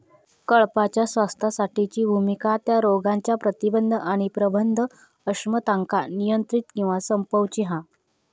कळपाच्या स्वास्थ्यासाठीची भुमिका त्या रोगांच्या प्रतिबंध आणि प्रबंधन अक्षमतांका नियंत्रित किंवा संपवूची हा